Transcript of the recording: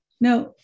Now